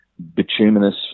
bituminous